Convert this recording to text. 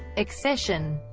accession